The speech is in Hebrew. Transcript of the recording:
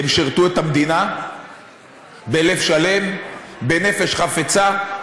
הם שירתו את המדינה בלב שלם, בנפש חפצה.